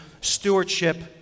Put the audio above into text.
stewardship